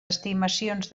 estimacions